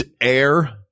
air